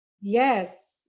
Yes